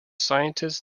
scientists